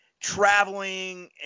traveling